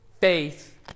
faith